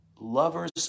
lovers